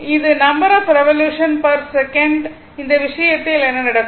இது number of revolution per second இந்த விஷயத்தில் என்ன நடக்கும்